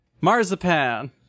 Marzipan